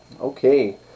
Okay